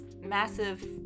massive